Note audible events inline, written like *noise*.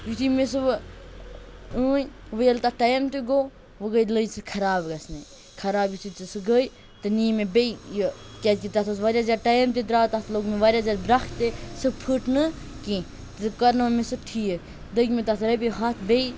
یُتھٕے مےٚ سۄ وۄنۍ ٲنۍ وۄنۍ ییٚلہِ تَتھ ٹایِم تہِ گوٚو وٕ گٔے لٔج سۄ خراب گژھِنہِ خراب یُتھٕے *unintelligible* سُہ گٔے تہٕ نی مےٚ بیٚیہِ یہِ کیٛازِ کہِ تَتھ اوس واریاہ زیادٕ ٹایِم تہِ درٛاو تَتھ لوٚگ مےٚ واریاہ زیادٕ برٛکھ تہِ سۄ پھٕٹ نہٕ کیٚنہہ تہِ کَرنٲو مےٚ سُہ ٹھیٖک لٔگۍ مےٚ تَتھ رۄپیہِ ہَتھ بیٚیہِ